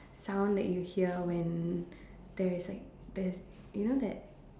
sound that you hear when there is like there is you know that